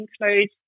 include